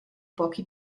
pochi